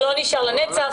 וזה נשאר לנצח?